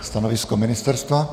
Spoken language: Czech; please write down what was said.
Stanovisko ministerstva?